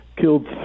Killed